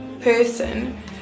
person